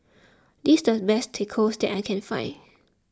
this is the best Tacos that I can find